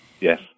Yes